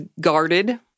guarded